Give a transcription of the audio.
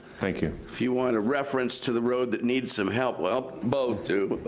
thank you. if you want a reference to the road that needs some help, well, both do, but.